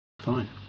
Fine